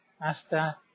hasta